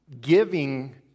Giving